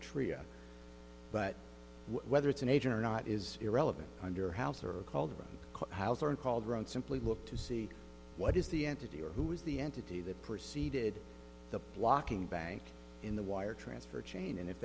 tria but whether it's an age or not is irrelevant under house or called the house and called run simply look to see what is the entity or who is the entity that preceded the blocking bank in the wire transfer chain and if